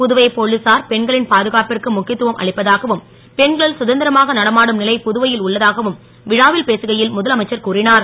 புதுவை போலீசார் பெண்களின் பாதுகாப்பிற்கு முக்கியத்துவம் அளிப்பதாகவும் பெண்கள் சுதந் ரமாக நடமாடும் லை புதுவை ல் உள்ளதாகவும் விழாவில் பேசுகை ல் முதலமைச்சர் கூறிஞர்